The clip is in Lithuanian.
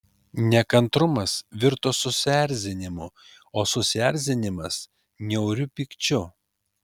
nekantrumas virto susierzinimu o susierzinimas niauriu pykčiu